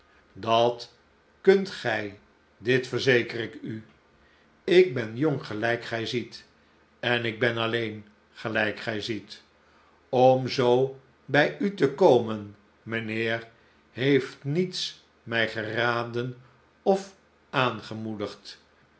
dat kunt gij dit verzeker ik u ik ben jong gelijk gij ziet en ik ben alleen gelijk gij ziet om zoo bij u te komen mijnheer heeft niets mij geraden of aangemoedigd